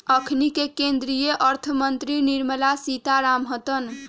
अखनि के केंद्रीय अर्थ मंत्री निर्मला सीतारमण हतन